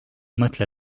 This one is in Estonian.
mõtle